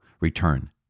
return